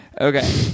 Okay